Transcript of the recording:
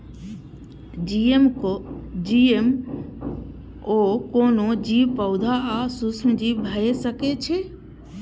GMO कोनो जीव, पौधा आ सूक्ष्मजीव भए सकै छै